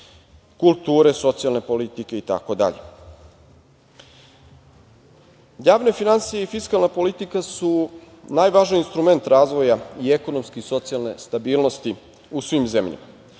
kulture, socijalne politike itd. Javne finansije i fiskalna politika su najvažniji instrument razvoja i ekonomske i socijalne stabilnosti u svim zemljama